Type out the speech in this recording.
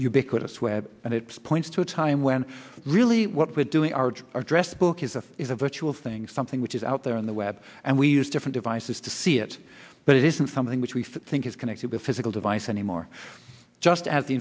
ubiquitous web and it points to a time when really what we're doing our address book is a is a virtual thing something which is out there on the web and we use different devices to see it but it isn't something which we think is connected to physical device anymore just as the